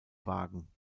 wagen